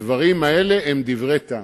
הדברים האלה הם דברי טעם.